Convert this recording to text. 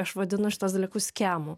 aš vadinu šituos dalykus skemu